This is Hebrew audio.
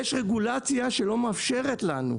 יש רגולציה שלא מאפשרת לנו,